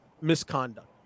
misconduct